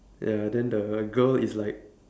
ya then the girl is like